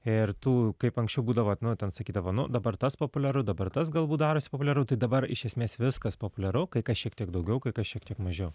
ir tu kaip anksčiau būdavo nu ten sakydavo nu dabar tas populiaru dabar tas galbūt darosi populiaru tai dabar iš esmės viskas populiaru kai kas šiek tiek daugiau kai kas šiek tiek mažiau